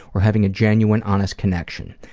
or having a genuine, honest connection.